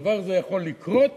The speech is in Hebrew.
הדבר הזה יכול לקרות